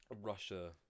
Russia